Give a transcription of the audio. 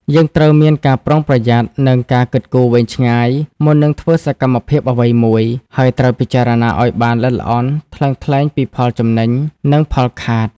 យើងត្រូវមានការប្រុងប្រយ័ត្ន និងការគិតគូរវែងឆ្ងាយ មុននឹងធ្វើសកម្មភាពអ្វីមួយ ហើយត្រូវពិចារណាឲ្យបានល្អិតល្អន់ ថ្លឹងថ្លែងពីផលចំណេញ និងផលខាត។